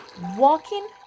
walking